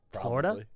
Florida